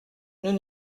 nous